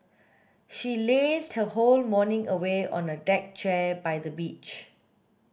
she lazed her whole morning away on a deck chair by the beach